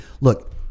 look